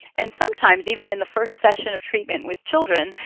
and sometimes even in the first session of treatment with children,